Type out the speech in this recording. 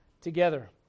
together